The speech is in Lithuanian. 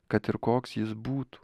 kad ir koks jis būtų